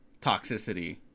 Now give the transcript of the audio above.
toxicity